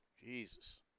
Jesus